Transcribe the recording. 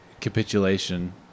capitulation